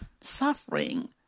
suffering